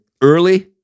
early